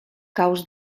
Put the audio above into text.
caus